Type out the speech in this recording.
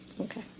okay